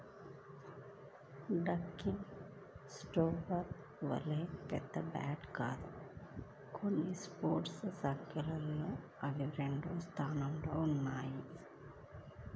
Dunkin Starbucks వలె పెద్ద brand కాదు కానీ స్టోర్ల సంఖ్యలో అవి రెండవ స్థానంలో ఉన్నాయి